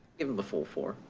the full four,